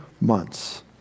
months